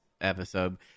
episode